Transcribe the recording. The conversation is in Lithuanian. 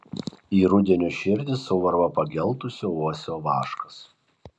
į rudenio širdį suvarva pageltusio uosio vaškas